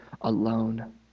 alone